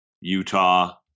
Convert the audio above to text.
Utah